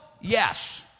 Yes